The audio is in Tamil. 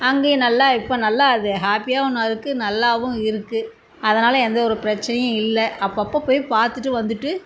அங்கே நல்லா இப்போ நல்லா அது ஹாப்பியாகவும் இருக்குது நல்லாகவும் இருக்குது அதனால எந்த ஒரு பிரச்சனையும் இல்லை அப்பப்போ போய் பார்த்துட்டு வந்துட்டு